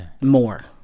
more